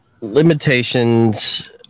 limitations